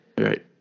Right